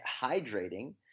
hydrating